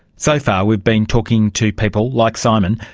so far we've been talking to people, like simon,